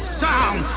sound